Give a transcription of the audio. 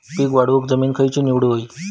पीक वाढवूक जमीन खैची निवडुक हवी?